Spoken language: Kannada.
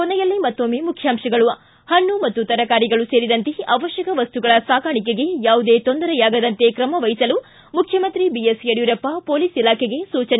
ಕೊನೆಯಲ್ಲಿ ಮತ್ತೊಮ್ನೆ ಮುಖ್ಯಾಂಶಗಳು ಿ ಹಣ್ಣು ಮತ್ತು ತರಕಾರಿಗಳು ಸೇರಿದಂತೆ ಅವಶ್ಯಕ ವಸ್ತುಗಳ ಸಾಗಾಣಿಕೆಗೆ ಯಾವುದೇ ತೊಂದರೆಯಾಗದಂತೆ ಕ್ರಮ ವಹಿಸಲು ಮುಖ್ಯಮಂತ್ರಿ ಪೊಲೀಸ್ ಇಲಾಖೆಗೆ ಸೂಚನೆ